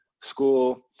school